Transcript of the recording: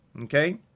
okay